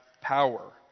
power